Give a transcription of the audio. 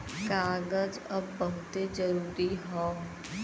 कागज अब बहुते जरुरी हौ